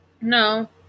No